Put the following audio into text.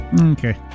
Okay